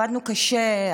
עבדנו קשה,